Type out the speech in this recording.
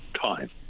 time